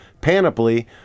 panoply